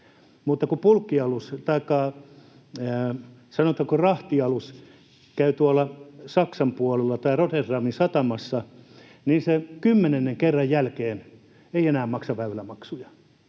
mutta kun bulkkialus tai, sanotaanko, rahtialus käy Saksan puolella tai Rotterdamin satamassa, niin se kymmenennen kerran jälkeen ei enää maksa väylämaksuja,